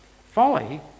Folly